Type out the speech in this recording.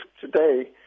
today